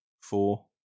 four